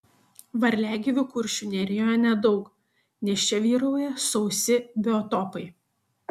varliagyvių kuršių nerijoje nedaug nes čia vyrauja sausi biotopai